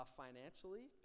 financially